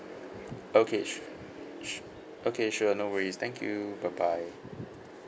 okay s~ s~ okay sure no worries thank you bye bye